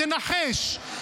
תנחש.